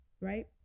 Right